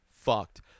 fucked